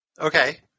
okay